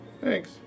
Thanks